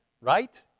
Right